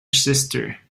sister